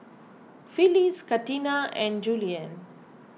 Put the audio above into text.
Phyliss Katina and Julianne